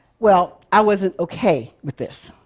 well, i wasn't ok with this.